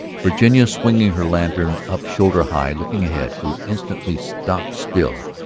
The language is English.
virginia swinging her lantern up shoulder-high, looking ahead, grew instantly stock-still,